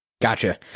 Gotcha